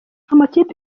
amakipe